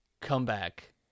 comeback